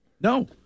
No